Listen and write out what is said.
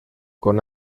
con